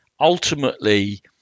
ultimately